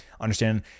Understand